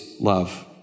love